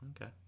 Okay